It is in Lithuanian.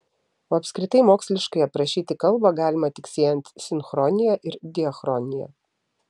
o apskritai moksliškai aprašyti kalbą galima tik siejant sinchronija ir diachroniją